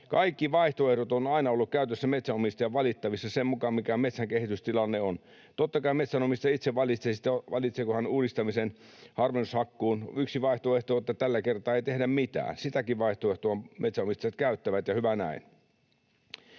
Kaikki vaihtoehdot ovat aina olleet käytössä, metsänomistajan valittavissa sen mukaan, mikä metsän kehitystilanne on. Totta kai metsänomistaja itse valitsee, valitseeko hän uudistamisen, harvennushakkuun, ja yksi vaihtoehto on, että tällä kertaa ei tehdä mitään, sitäkin vaihtoehtoa metsänomistajat käyttävät, ja hyvä näin.